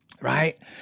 Right